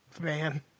Man